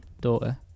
daughter